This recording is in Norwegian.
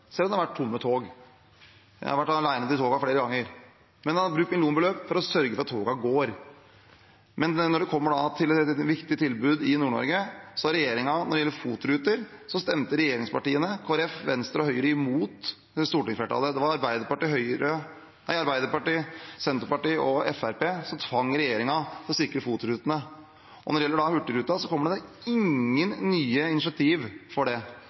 selv om det har vært tomme tog. Jeg har vært alene på de togene flere ganger. Man har brukt millionbeløp for å sørge for at togene går. Men når det kommer til et viktig tilbud i Nord-Norge, FOT-rutene, stemte regjeringspartiene – Kristelig Folkeparti, Venstre og Høyre – imot stortingsflertallet. Det var Arbeiderpartiet, Senterpartiet og Fremskrittspartiet som tvang regjeringen til å sikre FOT-rutene. Og når det da gjelder Hurtigruten, kommer det ingen nye initiativ for